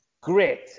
great